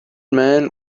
man